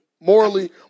morally